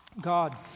God